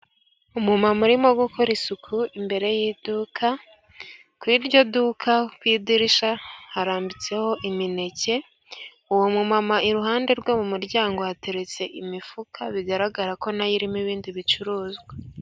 Umu mama urimo gukora isuku imbere y'iduka. Kuri iryo duka ku idirisha harambitseho imineke. Uwo mu mama iruhande rwe mu muryango hateretse imifuka, bigaragara ko na yo irimo ibindi bicuruzwa.